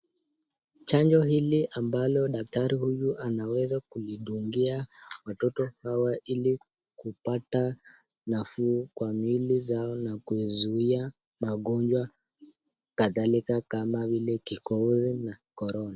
Chanjo hili ambalo daktari huyu anaweza kuidungia watoto hawa ili kupata nafuu kwa miili zao na kuzuia magonjwa kadhalika kama vile kikohozi na Korona.